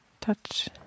touch